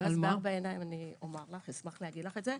בארבע עיניים אשמח לומר לך את זה.